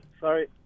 sorry